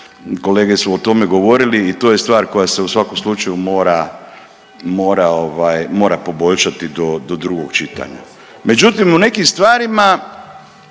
kolege su o tome govorili i to je stvar koja se u svakom slučaju mora, mora ovaj, mora poboljšati do drugog čitanja. Međutim, u nekim stvarima